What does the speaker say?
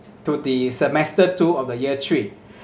to the semester two of the year three